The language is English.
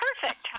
perfect